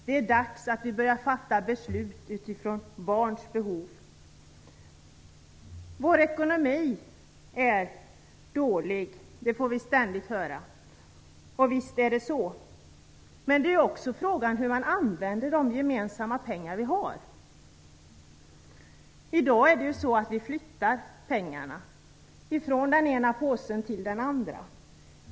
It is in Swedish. Det är dags för oss att börja fatta beslut utifrån barns behov! Vår ekonomi är dålig. Detta får vi ständigt höra. Och visst är det så, men det är också fråga om hur de gemensamma pengar används som vi har. I dag flyttar vi pengar från den ena påsen till den andra.